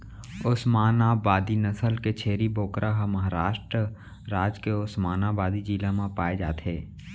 ओस्मानाबादी नसल के छेरी बोकरा ह महारास्ट राज के ओस्मानाबादी जिला म पाए जाथे